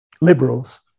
liberals